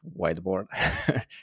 whiteboard